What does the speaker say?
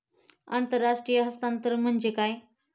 आंतरराष्ट्रीय हस्तांतरण म्हणजे काय?